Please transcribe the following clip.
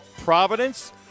Providence